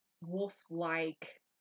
wolf-like